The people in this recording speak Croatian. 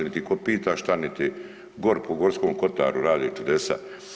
Niti ih tko pita što, niti, gore po Gorskom kotaru rade čudesa.